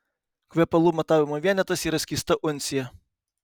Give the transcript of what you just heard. kvepalų matavimo vienetas yra skysta uncija